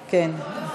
כן.